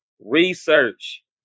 Research